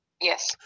Yes